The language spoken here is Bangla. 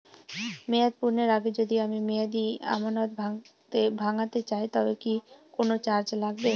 মেয়াদ পূর্ণের আগে যদি আমি মেয়াদি আমানত ভাঙাতে চাই তবে কি কোন চার্জ লাগবে?